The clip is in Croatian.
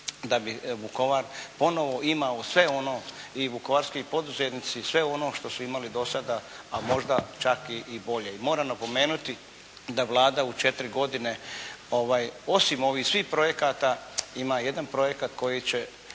da bi Vukovar ponovo imao sve ono i vukovarski poduzetnici sve ono što su imali do sada, a možda čak i bolje i moram napomenuti da Vlada u 4 godine osim ovih svih projekata ima jedan projekat koji će